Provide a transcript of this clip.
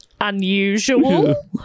unusual